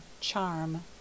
Charm